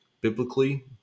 biblically